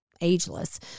ageless